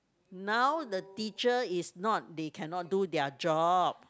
now the teacher is not they cannot do their job